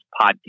podcast